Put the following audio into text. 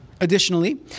Additionally